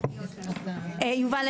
יובל,